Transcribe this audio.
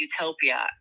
utopia